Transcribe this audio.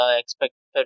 expected